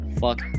Fuck